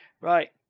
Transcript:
Right